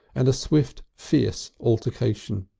and a swift, fierce altercation.